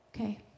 Okay